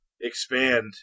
expand